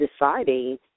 deciding